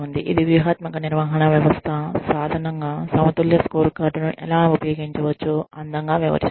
ఇది వ్యూహాత్మక నిర్వహణ వ్యవస్థ సాధనంగా సమతుల్య స్కోర్కార్డ్ ను ఎలా ఉపయోగించవచ్చో అందంగా వివరిస్తుంది